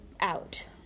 out